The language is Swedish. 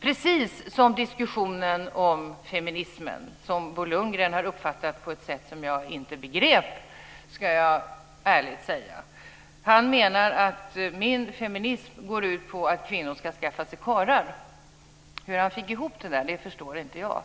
Det gäller också diskussionen om feminismen, som Bo Lundgren har uppfattat på ett sätt som jag ärligt ska säga att jag inte begriper. Han menar att min feminism går ut på att kvinnor ska skaffa sig karlar. Hur han fick ihop det förstår jag inte.